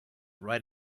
right